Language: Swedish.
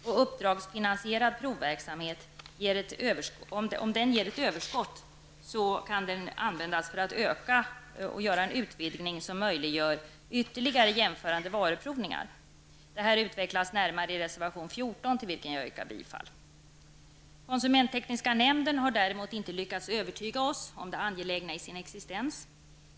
Om den uppdragsfinansierade provningsverksamheten ger ett överskott, skulle detta kunna byggas ut och användas för en utvidgning som möjliggör ytterligare jämförande varuprovningar. Detta utvecklas närmare i reservation 14, till vilken jag yrkar bifall. Konsumenttekniska nämnden har däremot inte lyckats övertyga oss om det angelägna i sin existens.